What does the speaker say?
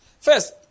first